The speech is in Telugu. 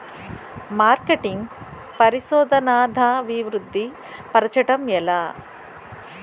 మార్కెటింగ్ పరిశోధనదా అభివృద్ధి పరచడం ఎలా